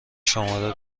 شماره